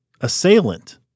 assailant